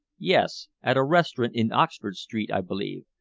yes, at a restaurant in oxford street, i believe.